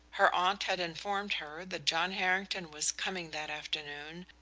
her aunt had informed her that john harrington was coming that afternoon,